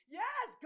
yes